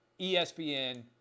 ESPN